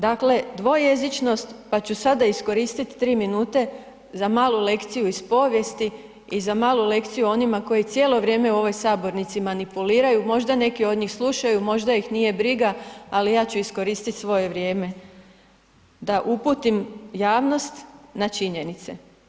Dakle dvojezičnost pa ću sada iskoristiti tri minute za malu lekciju iz povijesti i za malu lekciju onima koji cijelo vrijeme u ovoj sabornici manipuliraju, možda neki od njih slušaju, možda ih nije briga ali ja ću iskoristit svoje vrijeme da uputim javnost na činjenice.